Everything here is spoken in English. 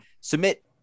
Submit